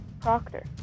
Proctor